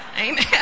Amen